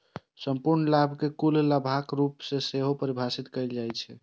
संपूर्ण लाभ कें कुल लाभक रूप मे सेहो परिभाषित कैल जाइ छै